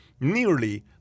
nearly